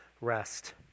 rest